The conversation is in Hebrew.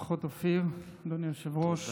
ברכות, אופיר, אדוני היושב-ראש.